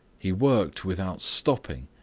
he worked without stopping,